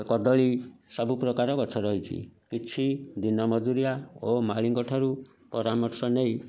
କଦଳୀ ସବୁ ପ୍ରକାର ଗଛ ରହିଛି କିଛି ଦିନମଜୁରିଆ ଓ ମାଳିଙ୍କ ଠାରୁ ପରାମର୍ଶ ନେଇ